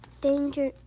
Danger